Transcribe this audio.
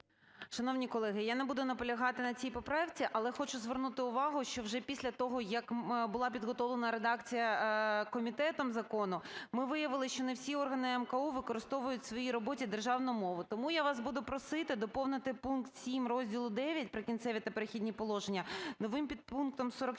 Шановні колеги, я не буду наполягати на цій поправці, але хочу звернути увагу, що вже після того, як була підготовлена редакція комітетом закону, ми виявили, що не всі органи МКУ використовують у своїй роботі державну мову. Тому я вас буду просити доповнити пункт 7 розділу ІХ "Прикінцеві та перехідні положення" новим підпунктом 46